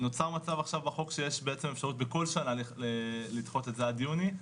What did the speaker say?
נוצר מצב עכשיו בחוק שיש בעצם אפשרות בכל שנה לדחות את זה עד יוני.